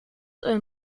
een